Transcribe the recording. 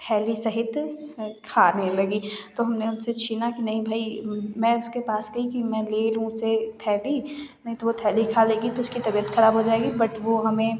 थैली सहित खाने लगी तो हमने उसने छीना कि नहीं भाई मैं उसके पास गई कि मैं ले लू उससे थैली नहीं तो वह थैली खा लेगी तो उसकी तबीयत खराब हो जाएगी बट वह हमें